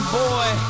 boy